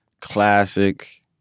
classic